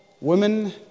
women